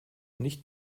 nicht